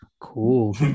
cool